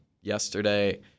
yesterday